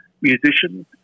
musicians